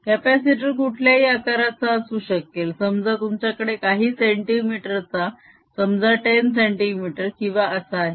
capacitor कुठल्याही आकाराचा असू शकेल समजा तुमच्याकडे काही सेन्टीमीटर चा समजा 10 cm किंवा असा आहे